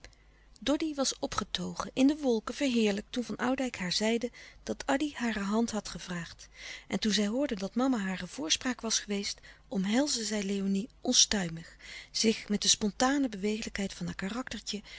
doddy was opgetogen in de wolken verheerlijkt toen van oudijck haar zeide dat addy hare hand had gevraagd en toen zij hoorde dat mama hare voorspraak was geweest omhelsde zij léonie onstuimig zich met de louis couperus de stille kracht spontane bewegelijkheid van haar karaktertje